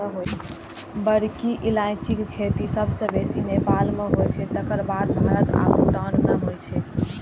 बड़की इलायचीक खेती सबसं बेसी नेपाल मे होइ छै, तकर बाद भारत आ भूटान मे होइ छै